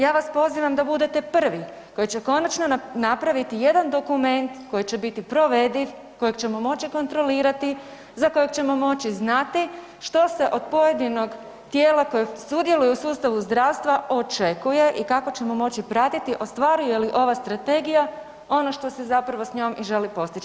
Ja vas pozivam da budete prvi koji će konačno napraviti jedan dokument koji će biti provediv, kojeg ćemo moći kontrolirati za kojeg ćemo moći znati što se od pojedinog tijela koje sudjeluje u sustavu zdravstva očekuje i kako ćemo moći pratiti ostvaruje li ova strategija ono što se zapravo s njom i želi postići.